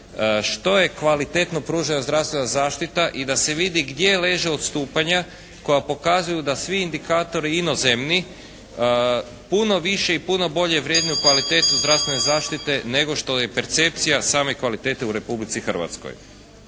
što je kvalitetno pružala zdravstvena zaštita i da se vidi gdje leže odstupanja koja pokazuju da svi indikatori inozemni puno više i puno bolje vrednuju kvalitetu zdravstvene zaštite nego što je percepcija same kvalitete u Republici Hrvatskoj.